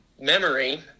memory